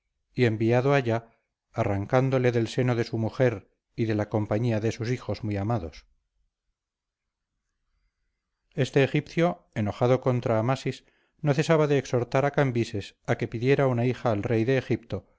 y enviado allá arrancándole del seno de su mujer y de la compañía de sus hijos muy amados este egipcio enojado contra amasis no cesaba de exhortar a cambises a que pidiera una hija al rey de egipto